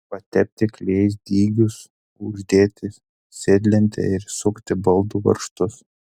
patepti klijais dygius uždėti sėdlentę ir įsukti baldų varžtus